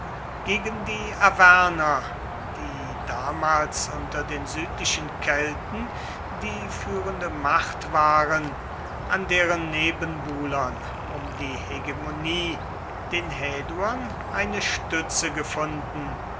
gegen die arverner die damals unter den südlichen kelten die führende macht waren an deren nebenbuhlern um die hegemonie den häduern eine stütze gefunden